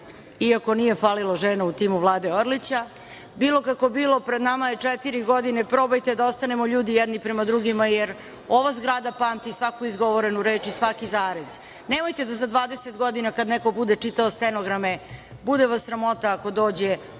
i ako nije falili žena u timu Vlade Orlića. Bilo kako bilo, pred nama je četiri godine, probajte da ostanemo ljudi jedni prema drugima, jer ova zgrada pamti svaku izgovorenu reč, svaki zarez. Nemojte da za 20 godina, kada neko bude čitao stenograme, bude vas sramota ako dođe